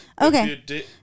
Okay